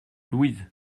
louise